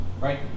right